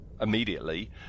immediately